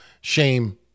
Shame